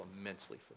immensely